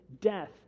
death